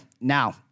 Now